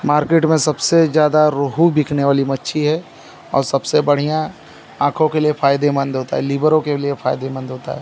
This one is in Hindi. मार्केट में सबसे ज़्यादा रोहू बिकने वाली मच्छली है और सबसे बढ़िया आँखों के लिए फायदेमंद होती है लिवर के लिए फायदेमंद होती है